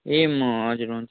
ए म हजुर हुन्छ